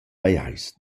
pajais